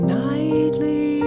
nightly